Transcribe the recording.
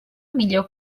millor